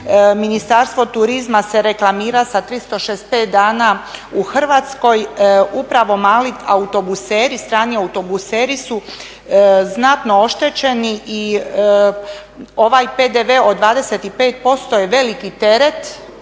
Ministarstvo turizma se reklamira sa 365 dana u Hrvatskoj upravo mali autobuseri, strani autobuseri su znatno oštećeni i ovaj PDV od 25% je veliki teret